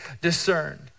discerned